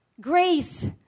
grace